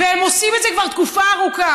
והם עושים את זה כבר תקופה ארוכה.